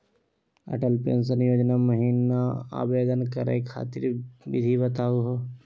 Atal pension योजना महिना आवेदन करै खातिर विधि बताहु हो?